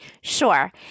Sure